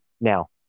Now